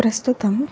ప్రస్తుతం